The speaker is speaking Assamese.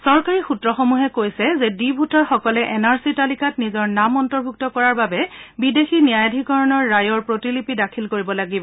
চৰকাৰী সূত্ৰসমূহে কৈছে যে ডি ভোটাৰসকলে এন আৰ চি তালিকাত নিজৰ নাম অন্তৰ্ভুক্ত কৰাৰ বাবে বিদেশী ন্যায়াধীকৰণৰ ৰায়ৰ প্ৰতিলিপি দাখিল কৰিব লাগিব